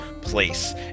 place